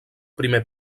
primer